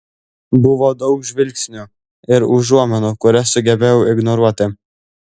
buvo daug žvilgsnių ir užuominų kurias sugebėjau ignoruoti